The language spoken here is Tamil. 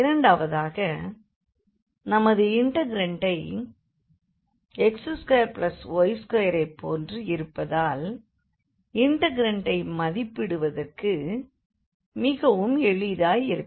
இரண்டாவதாக நமது இண்டெக்ரண்ட் x2y2ஐப் போன்று இருப்பதால் இன்டக்ரண்டை மதிப்பிடுவதற்கு மிகவும் எளிதாய் இருக்கும்